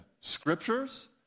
scriptures